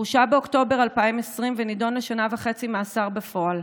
הורשע באוקטובר 2020 ונידון לשנה וחצי מאסר בפועל.